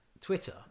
Twitter